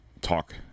talk